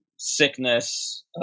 sickness